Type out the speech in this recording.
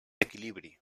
equilibri